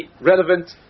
relevant